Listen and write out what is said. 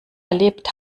erlebt